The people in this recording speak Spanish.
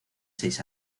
seis